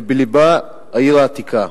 ובלבה העיר העתיקה.